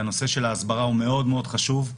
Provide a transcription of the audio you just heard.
והנושא של ההסברה הוא חשוב מאוד.